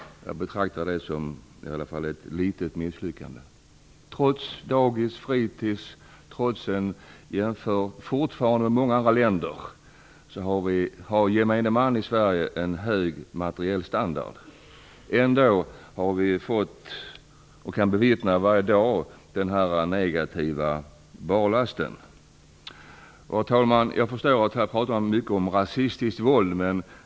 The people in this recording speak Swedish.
Jag betraktar det som ett i alla fall litet misslyckande. Trots dagis och fritids och en i jämförelse med många andra länder fortfarande hög standard för gemene man har vi fått och kan varje dag bevittna denna negativa barlast. Herr talman! Vi pratar mycket om rasistiskt våld.